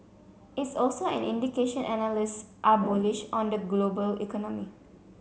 it's also an indication analysts are bullish on the global economy